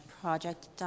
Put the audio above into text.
Project